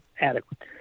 adequate